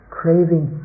craving